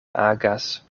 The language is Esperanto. agas